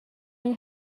این